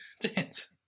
Dance